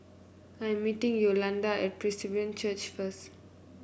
I am meeting Yolanda at Presbyterian Church first